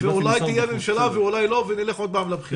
ואולי תהיה ממשלה ואולי לא ונלך עוד פעם לבחירות.